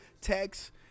Text